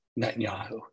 Netanyahu